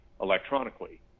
electronically